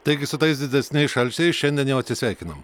taigi su tais didesniais šalčiais šiandien jau atsisveikinom